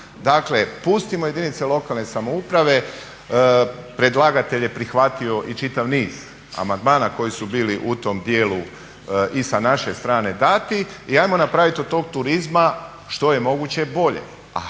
Dakle, pustimo jedinice lokalne samouprave. Predlagatelj je prihvatio i čitav niz amandmana koji su bili u tom dijelu i sa naše strane dati i hajmo napravit od tog turizma što je moguće bolje,